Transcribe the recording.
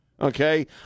Okay